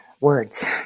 words